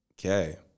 okay